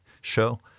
show